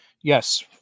Yes